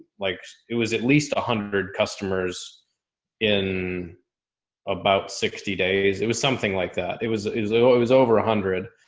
like it was at least a hundred customers in about sixty days. it was something like that. it was, it was like, oh, it was over a hundred.